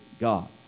God